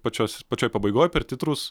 pačios pačioje pabaigoje per titrus